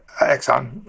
Exxon